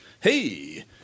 Hey